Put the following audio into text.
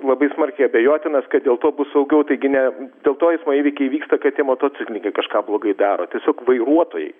labai smarkiai abejotinas kad dėl to bus saugiau taigi ne dėl to eismo įvykiai vyksta katė motociklininkė kažką blogai daro tiesiog vairuotojai